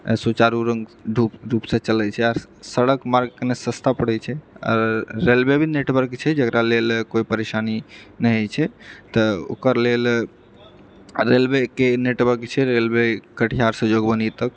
सुचारू रूपसँ चलैत छै आ सड़क मार्ग कनि सस्ता पड़ैत छै आओर रेलवे भी नेटवर्क छै जेकरा लेल कोइ परेशानी नहि होइत छै तऽ ओकर लेल रेलवेके नेटवर्क छै रेलवे कटिहारसँ जोगबनी तक